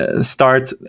start